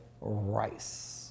rice